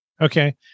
Okay